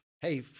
Hey